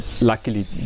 Luckily